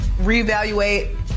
reevaluate